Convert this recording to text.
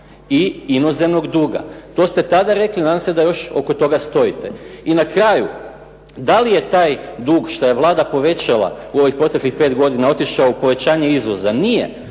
i inozemnog duga. To ste tada rekli, nadam se da još oko toga stojite. I na kraju, da li je taj dug što je Vlada povećala u ovih proteklih pet godina otišao u povećanje izvoza? Nije.